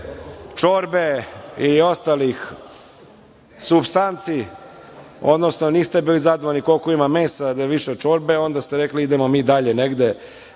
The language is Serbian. čorbe i ostalih supstanci, odnosno niste bili zadovoljni koliko ima mesa, a da je više čorbe, onda ste rekli idemo mi dalje negde.